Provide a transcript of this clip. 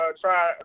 try